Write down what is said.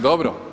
Dobro.